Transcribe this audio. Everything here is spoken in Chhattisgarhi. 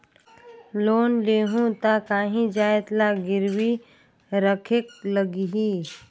लोन लेहूं ता काहीं जाएत ला गिरवी रखेक लगही?